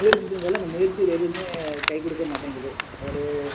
முயற்சி செஞ்சாலும் அந்த முயற்சி எதுவுமே கை கொடுக்க மாட்டேங்கிறது அவர்